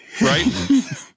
right